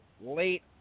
late